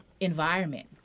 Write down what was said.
environment